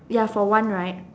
ya for one right